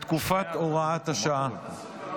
בתקופת הוראת השעה.